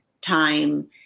time